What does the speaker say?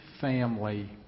family